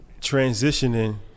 transitioning